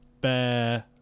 Bear